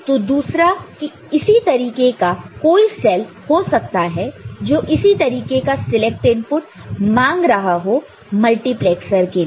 तो दूसरा इसी तरीके का कोई सेल हो सकता है जो इसी तरीके का सिलेक्ट इनपुट मांग रहा हो मल्टीप्लैक्सर के लिए